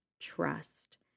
trust